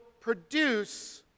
produce